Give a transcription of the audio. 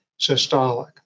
systolic